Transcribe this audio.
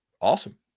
awesome